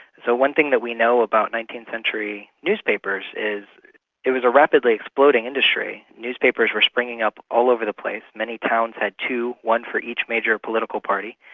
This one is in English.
so one thing that we know about nineteenth century newspapers is it was a rapidly exploding industry. newspapers were springing up all over the place. many towns had two, one for each major political party.